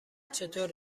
چطور